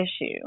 issue